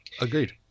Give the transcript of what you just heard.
Agreed